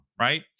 right